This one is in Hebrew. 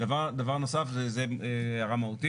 דבר נוסף, זו הערה מהותית.